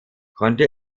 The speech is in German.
konnte